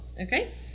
Okay